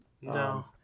No